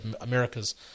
America's